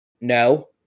no